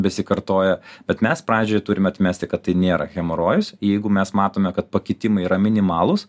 besikartoja bet mes pradžiai turime atmesti kad tai nėra hemorojus jeigu mes matome kad pakitimai yra minimalūs